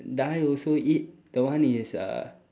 die also eat that one is uh